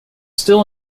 still